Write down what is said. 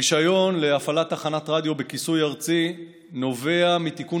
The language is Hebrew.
הרישיון להפעלת תחנת רדיו בכיסוי ארצי נובע מתיקון